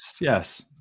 yes